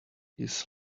his